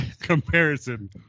Comparison